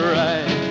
right